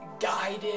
guided